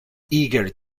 eager